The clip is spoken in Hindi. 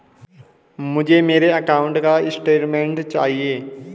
मुझे मेरे अकाउंट का स्टेटमेंट चाहिए?